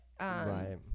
Right